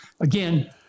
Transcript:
Again